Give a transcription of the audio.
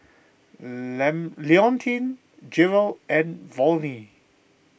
Leontine Jerrell and Volney